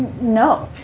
no.